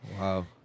Wow